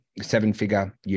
seven-figure